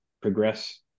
progress